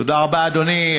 תודה רבה, אדוני.